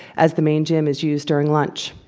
as the main gym is used during lunch.